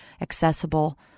accessible